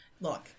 look